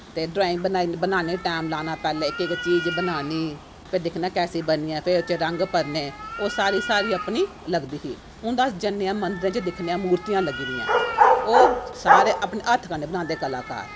ते ड्राईंग बनाने गी टैम लाना पैह्ले इक इक चीज बनानी फिर दिक्खना कैसी बनी ऐ फिर उस च रंग भरने ओह् सारी साढ़ी अपनी लगदी ही हून अस जन्ने आं मन्दर च मूर्तियां लग्गी दियां न ओह् सारे अपने हत्थ कन्नै बनांदे कलाकार